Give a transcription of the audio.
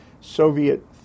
Soviet